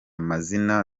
mazina